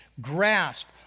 grasp